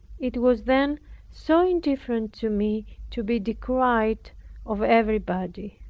it was then so indifferent to me to be decried of everybody,